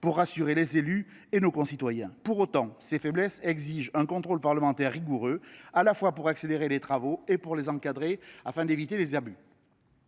pour rassurer les élus et nos concitoyens. Pour autant, ces faiblesses exigent un contrôle parlementaire rigoureux, pour à la fois accélérer les travaux et encadrer ceux ci, afin d’éviter les abus.